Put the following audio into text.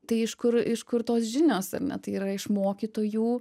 tai iš kur iš kur tos žinios ar ne tai yra iš mokytojų